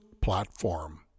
platform